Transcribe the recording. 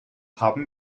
haben